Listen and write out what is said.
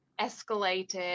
escalated